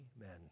amen